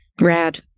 Rad